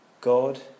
God